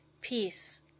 Peace